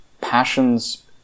Passions